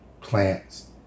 plants